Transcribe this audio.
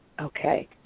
Okay